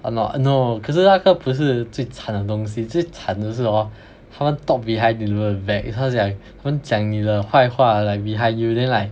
!hannor! no 可是那个不是最惨的东西最惨的是 hor 他们 talk behind 你们的 back those like 他们讲你的坏话 like behind you then like